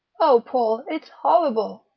oh, paul, it's horrible.